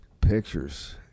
pictures